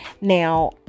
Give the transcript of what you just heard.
Now